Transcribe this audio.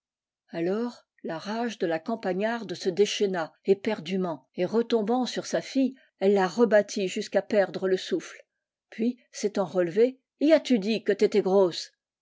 alors la rage de la campagnarde se déchaîna éperdument et retombant sur sa fille elle la rebattit jusqu'à perdre le souffle puis s'étant relevée y as-tu dit que t'étais grosse